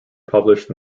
published